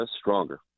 stronger